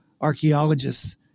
archaeologists